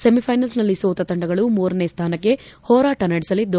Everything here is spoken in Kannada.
ಸೆಮಿಫೈನಲ್ನಲ್ಲಿ ಸೋತ ತಂಡಗಳು ಮೂರನೇ ಸ್ಥಾನಕ್ಕಾಗಿ ಹೋರಾಟ ನಡೆಸಲಿದ್ದು